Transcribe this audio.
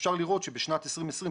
אפשר לראות שבשנת 2020,